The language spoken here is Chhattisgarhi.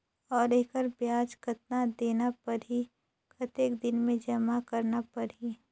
और एकर ब्याज कतना देना परही कतेक दिन मे जमा करना परही??